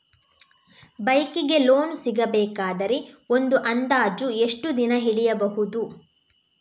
Bike ಗೆ loan ಸಿಗಬೇಕಾದರೆ ಒಂದು ಅಂದಾಜು ಎಷ್ಟು ದಿನ ಹಿಡಿಯಬಹುದು?